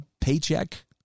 paycheck